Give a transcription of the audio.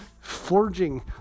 forging